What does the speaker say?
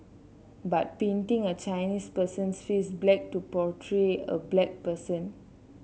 but painting a Chinese person's face black to portray a black person